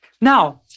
Now